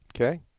Okay